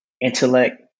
intellect